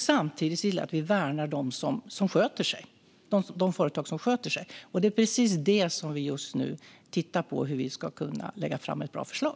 Samtidigt måste vi värna de företag som sköter sig. Det är precis detta som vi tittar på just nu för att kunna lägga fram ett bra förslag.